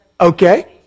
Okay